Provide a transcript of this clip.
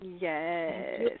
Yes